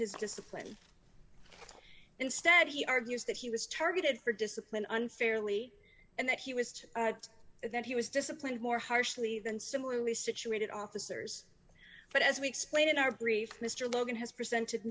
his discipline instead he argues that he was targeted for discipline unfairly and that he was to say that he was disciplined more harshly than similarly situated officers but as we explained in our brief mr logan has presented